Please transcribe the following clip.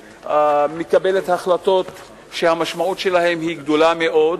שמקבלת החלטות שהמשמעות שלהן היא גדולה מאוד,